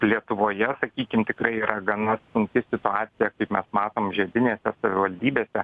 lietuvoje sakykim tikrai yra gana sunki situacija kaip mes matom žiedinėse savivaldybėse